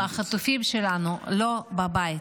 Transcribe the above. והחטופים שלנו לא בבית.